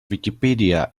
wikipedia